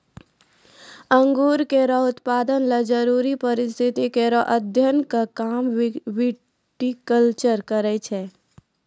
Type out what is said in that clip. अंगूर केरो उत्पादन ल जरूरी परिस्थिति केरो अध्ययन क काम विटिकलचर करै छै